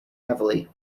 heavily